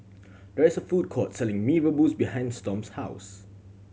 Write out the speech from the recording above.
there is food court selling Mee Rebus behind Storm's house